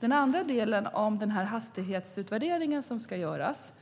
Den andra delen gäller den hastighetsutvärdering som ska göras